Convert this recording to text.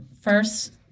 first